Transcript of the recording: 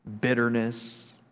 bitterness